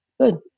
good